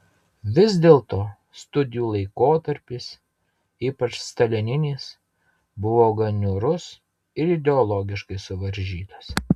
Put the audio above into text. vis dėlto studijų laikotarpis ypač stalininis buvo gan niūrus ir ideologiškai suvaržytas